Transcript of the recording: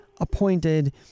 appointed